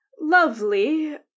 lovely